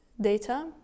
data